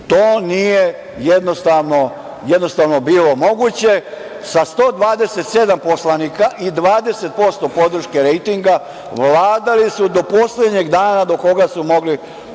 nije jednostavno bilo moguće. Sa 127 poslanika i 20% podrške rejtinga, vladali su do poslednjeg dana do koga su mogli